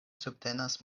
subtenas